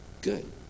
Good